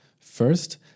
First